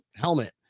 helmet